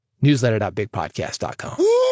Newsletter.bigpodcast.com